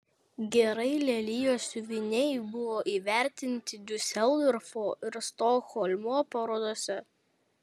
gerai lelijos siuviniai buvo įvertinti diuseldorfo ir stokholmo parodose